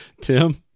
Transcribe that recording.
Tim